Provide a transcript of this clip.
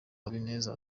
habineza